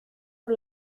por